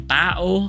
tao